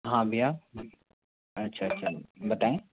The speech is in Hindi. हाँ भईया अच्छा अच्छा बताएं